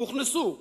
הוכנסו.